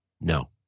No